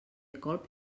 colp